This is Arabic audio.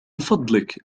فضلك